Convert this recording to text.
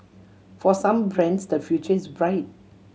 for some brands the future is bright